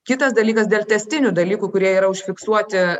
kitas dalykas dėl tęstinių dalykų kurie yra užfiksuoti